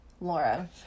laura